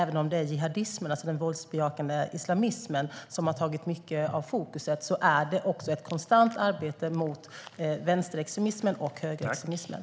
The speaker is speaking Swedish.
Även om det är jihadismen, den våldsbejakande islamismen, som har tagit mycket av fokus pågår det ett konstant arbete mot vänsterextremismen och högerextremismen.